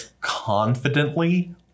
confidently